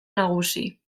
nagusi